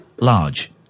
large